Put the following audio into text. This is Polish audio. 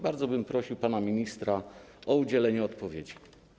Bardzo bym prosił pana ministra o udzielenie odpowiedzi.